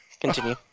Continue